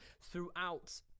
throughout